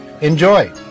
Enjoy